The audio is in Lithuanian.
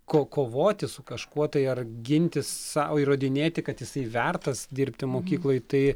ko kovoti su kažkuo tai ar gintis sau įrodinėti kad jisai vertas dirbti mokykloj tai